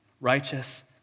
righteous